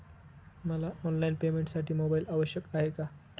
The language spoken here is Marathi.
मला ऑनलाईन पेमेंटसाठी मोबाईल आवश्यक आहे का?